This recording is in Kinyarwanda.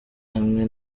hamwe